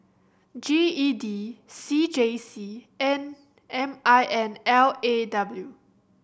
G E D C J C and M I N L A W